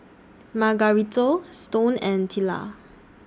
Margarito Stone and Tilla